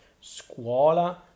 Scuola